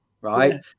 right